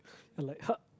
and like how